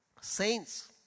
saints